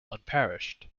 unparished